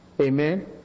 Amen